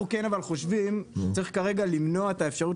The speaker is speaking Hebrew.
אנחנו כן אבל חושבים שצריך כרגע למנוע את האפשרות